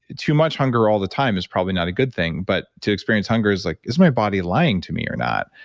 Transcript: too much hunger all the time is probably not a good thing. but to experience hunger is like, is my body lying to me or not?